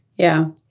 yeah.